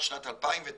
עד שנת 2009,